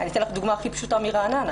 אני אתן לך דוגמה פשוטה מרעננה.